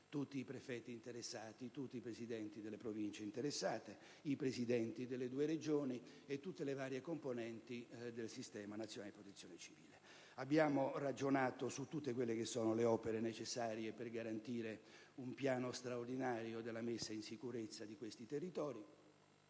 tutti i prefetti interessati, tutti i presidenti delle Province interessate, i presidenti delle due Regioni e le varie componenti del sistema nazionale della Protezione civile. Abbiamo ragionato sulle opere necessarie per garantire un piano straordinario di messa in sicurezza di questi territori.